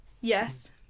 Yes